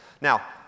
Now